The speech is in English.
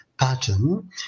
pattern